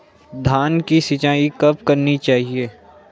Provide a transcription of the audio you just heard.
धान की सिंचाईं कब कब करनी चाहिये?